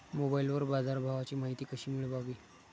मोबाइलवर बाजारभावाची माहिती कशी मिळवावी?